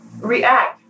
react